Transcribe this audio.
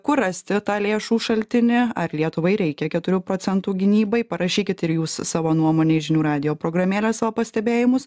kur rasti tą lėšų šaltinį ar lietuvai reikia keturių procentų gynybai parašykit ir jūs savo nuomonę į žinių radijo programėlę savo pastebėjimus